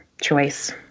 choice